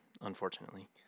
unfortunately